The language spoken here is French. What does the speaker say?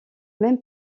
même